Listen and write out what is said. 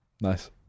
Nice